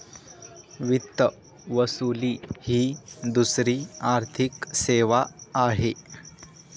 वित्त वसुली ही दुसरी आर्थिक सेवा आहे